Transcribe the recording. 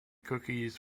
cookies